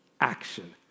action